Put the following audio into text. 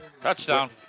Touchdown